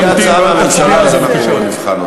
אם תהיה הצעה מהממשלה אנחנו נבחן אותה.